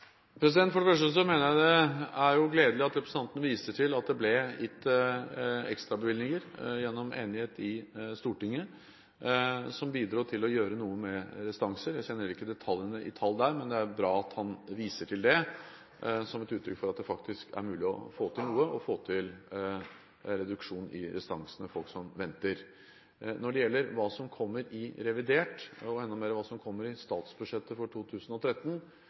For det første mener jeg det er gledelig at representanten viser til at det ble gitt ekstrabevilgninger gjennom enighet i Stortinget som bidro til å gjøre noe med restanser. Jeg kjenner ikke tallene i detalj der, men det er bra at han viser til det som et uttrykk for at det faktisk er mulig å få til noe, få til reduksjon i restansene, dvs. folk som venter. Når det gjelder hva som kommer i revidert, og, enda mer, hva som kommer i statsbudsjettet for 2013,